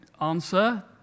answer